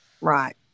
Right